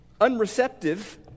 unreceptive